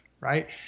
right